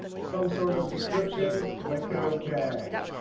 some sort of description. click ok.